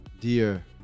dear